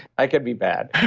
i can be bad.